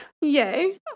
Yay